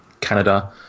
Canada